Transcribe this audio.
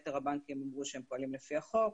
יתר הבנקים אמרו שהם פועלים לפי החוק.